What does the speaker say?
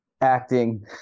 acting